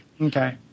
okay